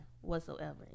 whatsoever